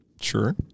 Sure